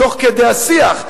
תוך כדי השיח.